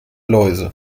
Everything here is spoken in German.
läuse